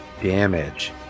damage